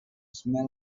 smell